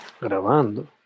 grabando